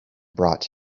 brought